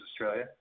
Australia